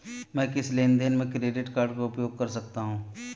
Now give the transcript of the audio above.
मैं किस लेनदेन में क्रेडिट कार्ड का उपयोग कर सकता हूं?